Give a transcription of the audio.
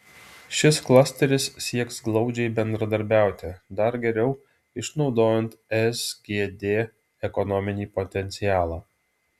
šis klasteris sieks glaudžiai bendradarbiauti dar geriau išnaudojant sgd ekonominį potencialą